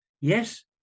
yes